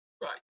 Right